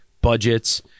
budgets